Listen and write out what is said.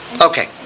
Okay